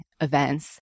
events